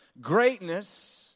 Greatness